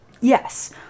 yes